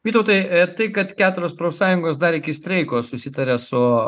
vytautai e tai kad keturios profsąjungos dar iki streiko susitarė su